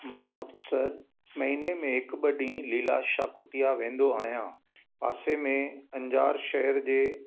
मां अक्सर महीने में हिकु ॿ ॾींहं लीलाशाह कुटिया वेंदो आहियां पासे में अंजार शहर जे